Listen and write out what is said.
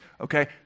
okay